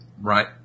right